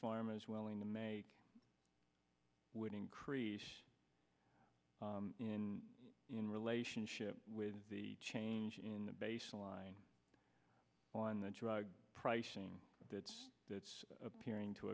farmers willing to make would increase in in relationship with the change in the baseline on the pricing that's that's appearing to